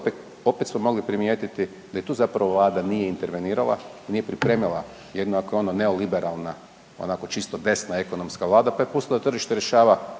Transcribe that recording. opet smo mogli primijetiti da i tu zapravo vlada nije intervenirala i nije pripremila …/Govornik se ne razumije/… neoliberalna onako čisto desna ekonomska vlada, pa je pustila da tržište rješava